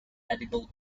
edible